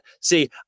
see